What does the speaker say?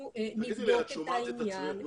אנחנו נבדוק את העניין,